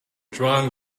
drawing